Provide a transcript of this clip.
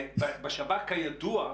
כידוע,